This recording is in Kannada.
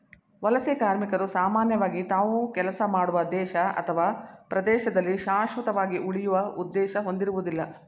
ವಲಸೆ ಕಾರ್ಮಿಕರು ಸಾಮಾನ್ಯವಾಗಿ ತಾವು ಕೆಲಸ ಮಾಡುವ ದೇಶ ಅಥವಾ ಪ್ರದೇಶದಲ್ಲಿ ಶಾಶ್ವತವಾಗಿ ಉಳಿಯುವ ಉದ್ದೇಶ ಹೊಂದಿರುವುದಿಲ್ಲ